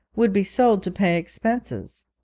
would be sold to pay expenses.